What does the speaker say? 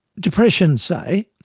depression say,